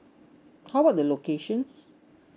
how about the locations